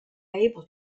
able